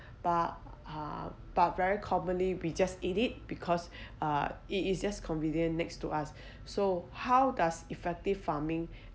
but uh but very commonly we just eat it because uh it it's just convenient next to us so how does effective farming